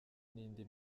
n’indi